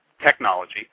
technology